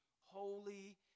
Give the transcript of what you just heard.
holy